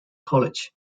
college